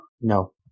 No